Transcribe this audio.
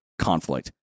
conflict